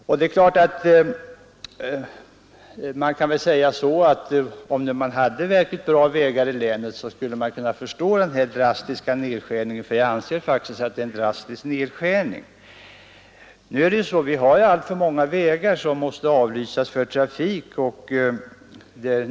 Om vägnätet i länet nu var av god standard, kunde man förstå denna drastiska nedskärning — jag anser det faktiskt vara en drastisk nedskärning — men alltför många vägar måste under viss tid avlysas för tung trafik.